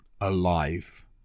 alive